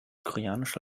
koreanische